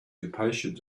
impatient